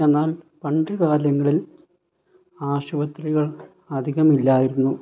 എന്നാൽ പണ്ട് കാലങ്ങളിൽ ആശുപത്രികൾ അധികം ഇല്ലായിരുന്നു